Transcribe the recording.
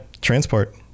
transport